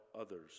others